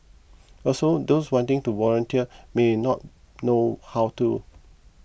also those wanting to volunteer may not know how to